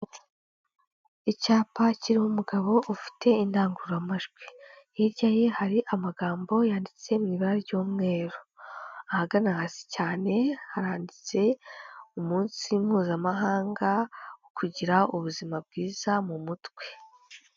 Icyapa kiriho umugabo ufite indangururamajwi. Hirya ye hari amagambo yanditse mu ibara ry'umweru. Ahagana hasi cyane haranditse, umunsi mpuzamahanga wo kugira ubuzima bwiza mu mutwe.